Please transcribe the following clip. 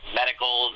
medical